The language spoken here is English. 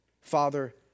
Father